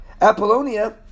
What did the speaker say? Apollonia